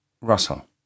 Russell